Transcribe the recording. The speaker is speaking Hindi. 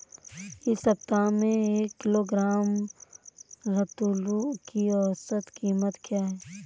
इस सप्ताह में एक किलोग्राम रतालू की औसत कीमत क्या है?